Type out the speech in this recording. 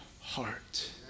heart